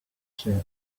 shirt